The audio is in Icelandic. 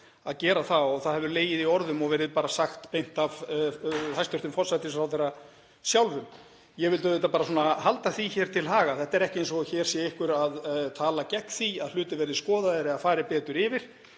að gera það og það hefur legið í orðum og verið bara sagt beint af hæstv. forsætisráðherra sjálfum. Ég vildi auðvitað bara halda því hér til haga. Það er ekki eins og hér sé einhver að tala gegn því að hlutir verði skoðaðir eða farið betur yfir.